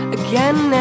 again